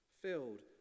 filled